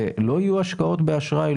לא יהיו השקעות באשראי,